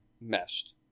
meshed